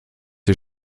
die